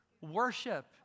worship